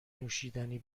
نوشیدنی